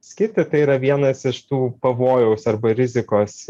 skirti tai yra vienas iš tų pavojaus arba rizikos